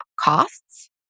costs